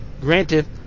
Granted